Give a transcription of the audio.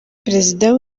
perezida